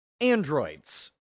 androids